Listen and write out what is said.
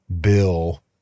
bill